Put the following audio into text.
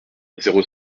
zéro